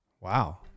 Wow